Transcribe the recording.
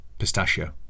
Pistachio